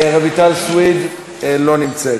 רויטל סויד, לא נמצאת.